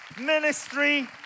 ministry